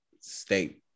state